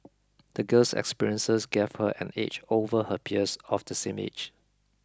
the girl's experiences gave her an edge over her peers of the same age